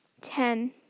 Ten